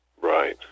Right